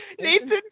Nathan